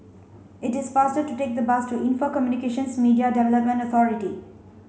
it is faster to take the bus to Info Communications Media Development Authority